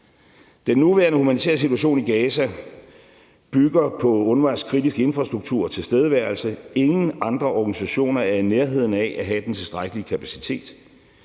Den nuværende humanitære situation i Gaza bygger på UNRWA's kritiske infrastruktur og tilstedeværelse. Ingen andre organisationer er i nærheden af at have den tilstrækkelige kapacitet.